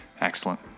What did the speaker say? Excellent